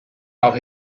out